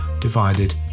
divided